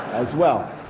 as well.